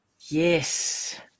Yes